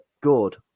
good